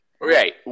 Right